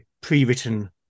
pre-written